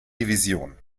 division